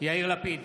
יאיר לפיד,